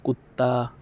کتّا